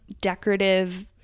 decorative